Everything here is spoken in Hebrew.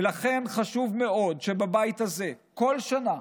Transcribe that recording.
ולכן חשוב מאוד שבבית הזה, כל שנה,